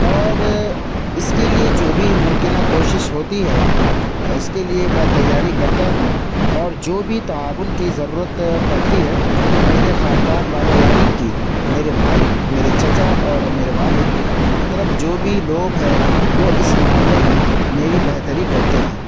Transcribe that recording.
اور اس کے لیے جو بھی ممکنہ کوشش ہوتی ہے اس کے لیے میں تیاری کرتا ہوں اور جو بھی تعاون کی ضرورت پڑتی ہے تو میرے خاندان والے یعنی کہ میرے بھائی میرے چچا اور میرے والد محترم جو بھی لوگ ہیں وہ اس معاملے میں میری بہتری کرتے ہیں